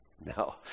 No